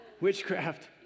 Witchcraft